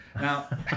now